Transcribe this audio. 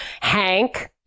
Hank